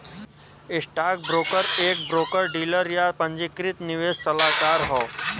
stockbroker एक broker dealer, या पंजीकृत निवेश सलाहकार हौ